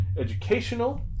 educational